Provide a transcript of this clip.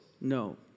no